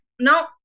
no